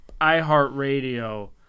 iHeartRadio